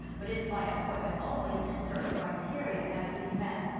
but it's by appointment only and certain criteria has to be met.